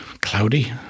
cloudy